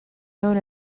known